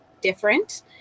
different